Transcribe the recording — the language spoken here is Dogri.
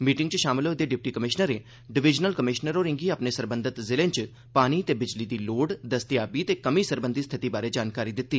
मीटिंग च शामल होए दे डिप्टी कमिशनरें डिवीजनल कमिशनर होरें'गी अपने सरबंधत जिलें च पानी ते बिजली दी लोड़ दस्तयाबी ते कमी सरबंधी स्थिति बारै जानकारी दित्ती